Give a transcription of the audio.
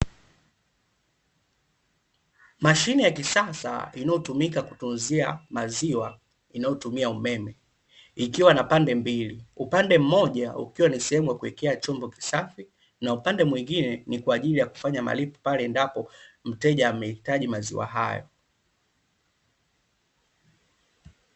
Mashine ya kisasa inayotumika kutunzia maziwa inayotumia umeme, ikiwa na pande mbili. Upande mmoja ukiwa ni sehemu ya kuwekea chombo kisafi, na upande mwingine ni wa kufanya malipo ikiwa mteja amehitaji maziwa hayo.